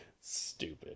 Stupid